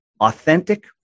authentic